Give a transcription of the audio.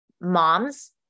moms